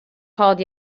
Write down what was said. called